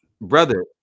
Brother